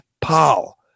Paul